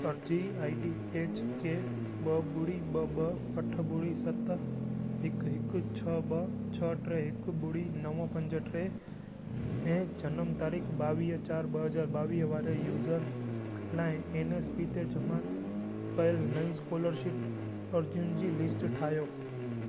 अर्ज़ी ID H के ॿ ॿुड़ी ॿ ॿुड़ी ॿ अठ ॿुड़ी सत हिक हिक छह ॿ छह टे हिक ॿुड़ी नव पंज टे ऐं जनम तारीख़ ॿावीह चारि ॿ हज़ार ॿावीह वारनि यूज़र लाइ एनएसपी ते जमा कयल नईं स्कोलरशिप अर्ज़ियुनि जी लिस्ट ठाहियो